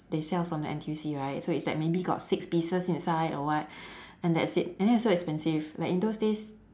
they sell from the N_T_U_C right so it's like maybe got six pieces inside or what and that's it and then it's so expensive like in those days